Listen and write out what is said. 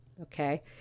Okay